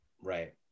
right